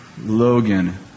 Logan